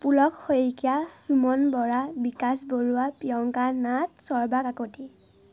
পুলক শইকীয়া সুমন বৰা বিকাশ বৰুৱা প্ৰিয়ংকা নাথ চৰ্বা কাকতি